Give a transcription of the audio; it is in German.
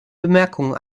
bemerkungen